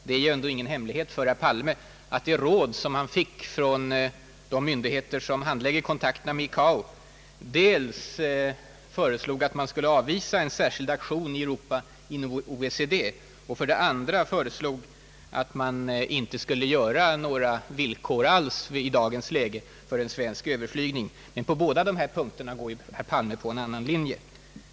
Det är väl ändå ingen hemlighet för herr Palme att det råd som han fick från de myndigheter som handlägger kontakterna med ICAO var dels att man skulle avvisa en särskild svensk aktion i Europa inom OECD, dels att man i dagens läge inte skulle ställa några villkor alls för överljudsflygningar över Sverige. I båda dessa fall går herr Palme på en helt annan linje.